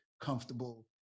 comfortable